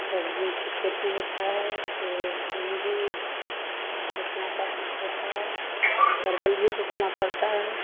सब्ज़ियों की खेती होता है उसपर सिंग भी रोपना पड़ होता है परवल भी रोपना पड़ता है